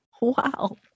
Wow